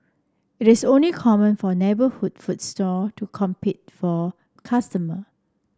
it is only common for neighborhood foods stall to compete for customer